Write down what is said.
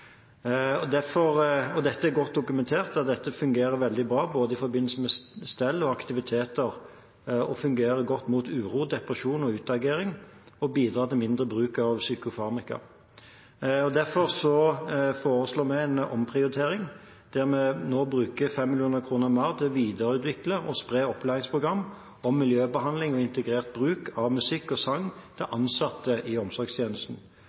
Dette er godt dokumentert, og det fungerer veldig bra, i forbindelse med både stell og aktiviteter. Det fungerer godt mot uro, depresjon og utagering og bidrar til mindre bruk av psykofarmaka. Derfor foreslår vi en omprioritering og bruker nå 5 mill. kr mer til å videreutvikle og spre opplæringsprogram om miljøbehandling og integrert bruk av musikk og sang til ansatte i omsorgstjenesten.